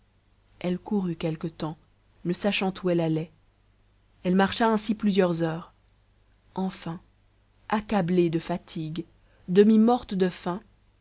elle courut quelque temps ne sachant où elle allait elle marcha ainsi plusieurs heures enfin accablée de fatigue demi-morte de faim